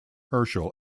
herschel